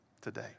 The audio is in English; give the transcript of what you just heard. today